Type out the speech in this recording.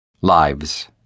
Lives